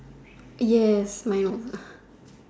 yes my